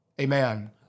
Amen